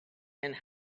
and